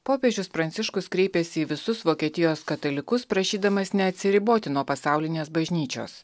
popiežius pranciškus kreipėsi į visus vokietijos katalikus prašydamas neatsiriboti nuo pasaulinės bažnyčios